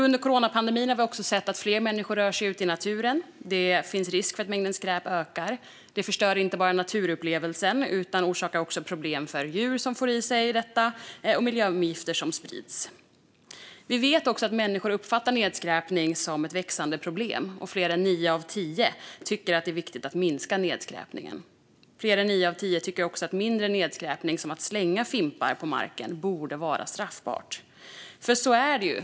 Under coronapandemin har vi sett att fler svenskar rör sig ute i naturen. Då finns det risk att mängden skräp ökar. Det förstör inte bara naturupplevelsen utan orsakar också problem för djur som får i sig detta och med miljögifter som sprids. Vi vet också att människor uppfattar nedskräpning som ett växande problem. Fler än nio av tio tycker att det är viktigt att minska nedskräpningen. Fler än nio av tio tycker också att mindre nedskräpning, som att slänga fimpar på marken, borde vara straffbart.